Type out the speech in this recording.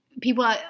people